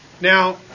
Now